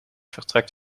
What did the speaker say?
vertrekt